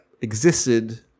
existed